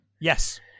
Yes